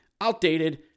outdated